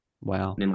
wow